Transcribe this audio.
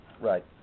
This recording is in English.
Right